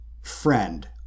friend